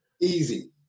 Easy